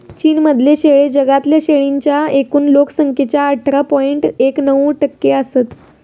चीन मधले शेळे जगातल्या शेळींच्या एकूण लोक संख्येच्या अठरा पॉइंट एक नऊ टक्के असत